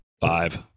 five